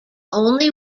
only